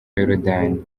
yorodani